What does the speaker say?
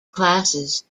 classes